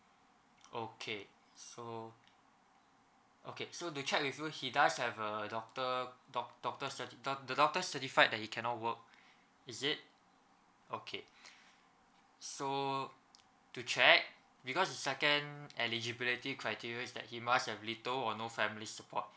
okay so okay so to check with you he does have uh doctor doc~ doctor certi~ the doctor certified they cannot work is it okay so to check because the second eligibility criteria is that he must have little or no family support